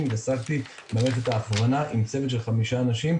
עסקתי במערכת ההכוונה עם צוות של חמישה אנשים,